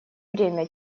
время